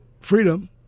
freedom